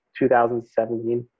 2017